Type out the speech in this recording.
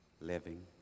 living